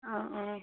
অঁ অঁ